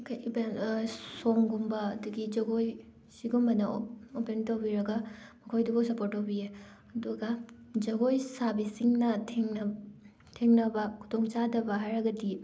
ꯑꯩꯈꯣꯏ ꯁꯣꯡꯒꯨꯝꯕ ꯑꯗꯒꯤ ꯖꯒꯣꯏ ꯁꯤꯒꯨꯝꯕꯅ ꯑꯣꯄꯟ ꯇꯧꯕꯤꯔꯒ ꯃꯈꯣꯏꯗꯨꯕꯨ ꯁꯄꯣꯔꯠ ꯇꯧꯕꯤꯌꯦ ꯑꯗꯨꯒ ꯖꯒꯣꯏ ꯁꯥꯕꯤꯁꯤꯡꯅ ꯊꯦꯡꯅ ꯊꯦꯡꯅꯕ ꯈꯨꯗꯣꯡꯆꯥꯗꯕ ꯍꯥꯏꯔꯒꯗꯤ